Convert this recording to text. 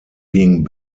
being